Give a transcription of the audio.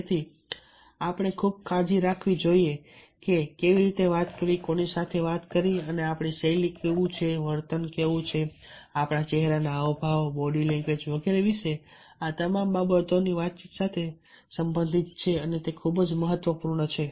તેથી આપણે ખૂબ કાળજી રાખવી જોઈએ કે કેવી રીતે વાત કરવી કોની સાથે વાત કરવી અને આપણી શૈલી વર્તન આપણા ચહેરાના હાવભાવ બોડી લેંગ્વેજ body language વગેરે વિશે આ તમામ બાબતો વાતચીત સાથે સંબંધિત છે ખૂબ જ મહત્વપૂર્ણ છે